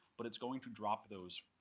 but it's going to drop those.